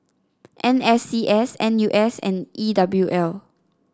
N S C S N U S and E W L